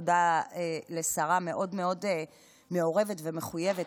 תודה לשרה מאוד מאוד מעורבת ומחויבת,